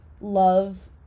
love